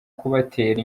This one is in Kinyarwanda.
kubatera